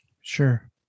Sure